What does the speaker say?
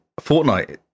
Fortnite